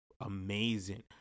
amazing